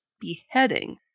beheading